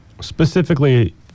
Specifically